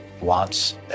wants